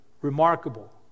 remarkable